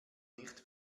nicht